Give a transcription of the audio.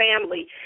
family